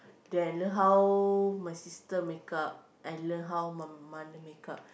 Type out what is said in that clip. then I learn how my sister makeup I learn how my mother makeup